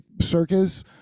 circus